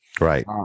Right